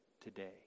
today